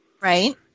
Right